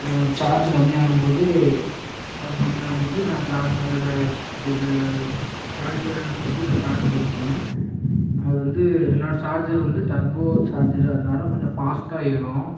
charge கம்மியாகும் போது power கம்மியாகும் போது நான் சார்ஜு ஒயரை இப்படி சார்ஜ் ஒயரை நான் குத்தி நா சார்ஜ் போட்டுக்குவேன் அது வந்து என்னோடய சார்ஜர் வந்து டர்போ சார்ஜர் அதனால கொஞ்சம் ஃபாஸ்ட்டாக ஏறும்